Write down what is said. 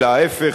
אלא להיפך,